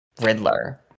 Riddler